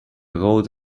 wrote